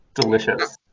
Delicious